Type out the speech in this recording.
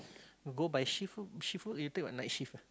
go by shift work shift work you take what night shift ah